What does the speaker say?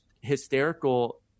hysterical